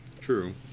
True